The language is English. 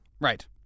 Right